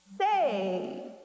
Say